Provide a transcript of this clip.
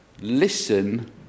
listen